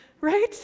right